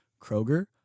Kroger